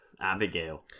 Abigail